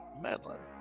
Medlin